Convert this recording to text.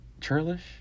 churlish